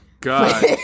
god